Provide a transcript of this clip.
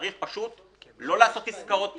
צריך פשוט לא לעשות עסקאות טיעון,